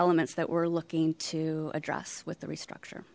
elements that we're looking to address with the restructure